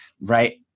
right